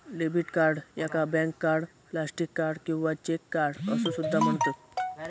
debit card याका bank card, plastic card किंवा cheque card असो सुद्धा म्हणतत